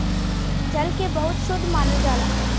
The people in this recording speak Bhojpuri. जल के बहुत शुद्ध मानल जाला